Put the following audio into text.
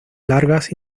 largas